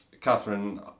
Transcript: Catherine